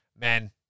Man